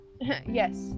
yes